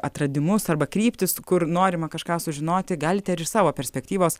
atradimus arba kryptis kur norima kažką sužinoti galite ir iš savo perspektyvos